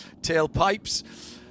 tailpipes